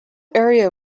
area